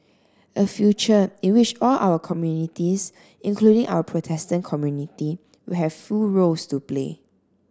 a future in which all our communities including our Protestant community will have full roles to play